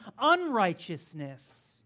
unrighteousness